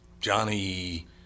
Johnny